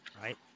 right